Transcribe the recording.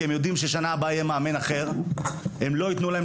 כי הם יודעים שבשנה הבאה יהיה מאמן אחר